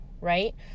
right